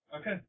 Okay